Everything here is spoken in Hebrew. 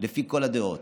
לפי כל הדעות.